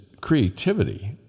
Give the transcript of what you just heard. creativity